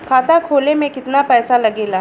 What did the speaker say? खाता खोले में कितना पैसा लगेला?